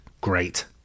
Great